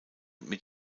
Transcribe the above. mit